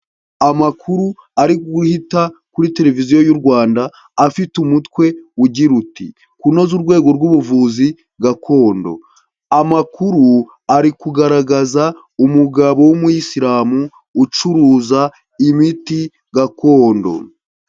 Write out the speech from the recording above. Amakuru ari guhita kuri televiziyo y'u Rwanda afite umutwe ugira uti:" Kunoza urwego rw'ubuvuzi gakondo." Amakuru ari kugaragaza umugabo w'umuyisilamu ucuruza imiti gakondo.